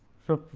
so,